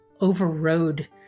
overrode